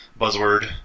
buzzword